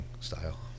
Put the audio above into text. style